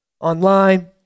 online